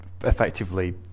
effectively